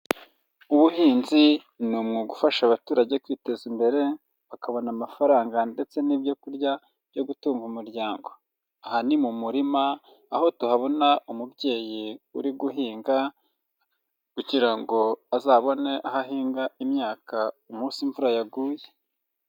Ubuhinzi ni ugufasha abaturage kwiteza imbere bakabona amafaranga ndetse n'ibyo kurya byo gutunga umuryango, aha ni mu murima aho tuhabona umubyeyi uri guhinga kugira ngo azabone aho ahinga imyaka umunsi imvura yaguye.